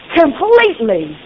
completely